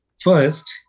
First